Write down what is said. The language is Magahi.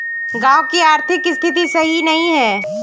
गाँव की आर्थिक स्थिति सही नहीं है?